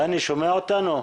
דני, שומע אותנו?